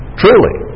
truly